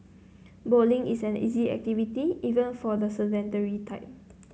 bowling is an easy activity even for the sedentary type